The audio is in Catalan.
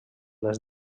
les